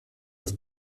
als